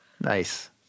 Nice